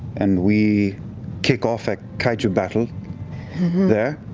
and we kick off a kaiju battle there,